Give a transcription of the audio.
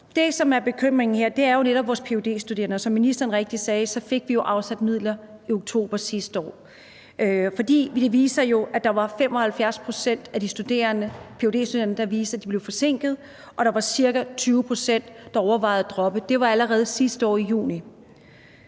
Det, som er bekymringen her, er jo netop vores ph.d.-studerende, og som ministeren rigtigt sagde, fik vi afsat midler i oktober sidste år. For det viste sig jo, at der var 75 pct. af de ph.d.-studerende, der blev forsinket, og der var ca. 20 pct., der overvejede at droppe det. Det var allerede sidste år i juni.